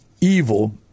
evil